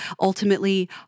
ultimately